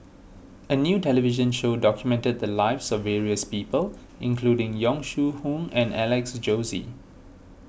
a new television show documented the lives of various people including Yong Shu Hoong and Alex Josey